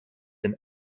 and